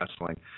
wrestling